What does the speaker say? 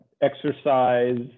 exercise